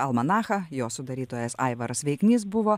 almanachą jo sudarytojas aivaras veiknys buvo